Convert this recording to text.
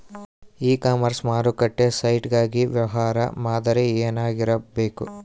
E commerce ಮಾರುಕಟ್ಟೆ site ಗಾಗಿ ವ್ಯವಹಾರ ಮಾದರಿ ಏನಾಗಿರಬೇಕು?